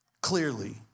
clearly